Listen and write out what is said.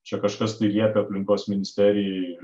čia kažkas tai liepia aplinkos ministerijai